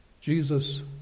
Jesus